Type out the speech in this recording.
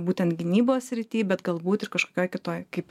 būtent gynybos srity bet galbūt ir kažkokioj kitoj kaip